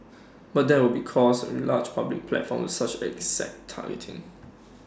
but that would be cost large public platforms with such exact targeting